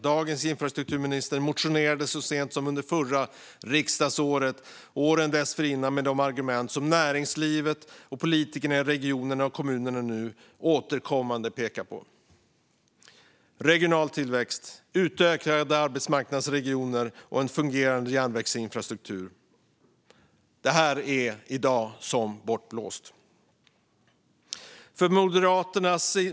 Dagens infrastrukturminister motionerade så sent som förra riksdagsåret och åren dessförinnan med de argument som näringslivet och politikerna i regioner och kommuner nu återkommande pekar på: regional tillväxt, utökade arbetsmarknadsregioner och fungerande järnvägsinfrastruktur. Det här är i dag som bortblåst.